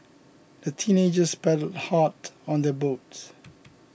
the teenagers paddled hard on their boat